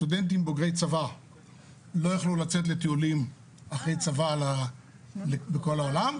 סטודנטים בוגרי צבא לא יכלו לצאת לטיולים אחרי צבא לכל העולם,